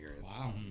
Wow